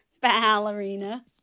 ballerina